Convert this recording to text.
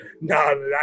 No